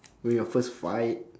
win your first fight